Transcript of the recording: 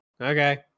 Okay